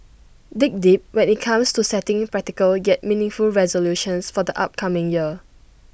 dig deep when IT comes to setting practical yet meaningful resolutions for the upcoming year